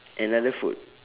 another food